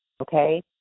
okay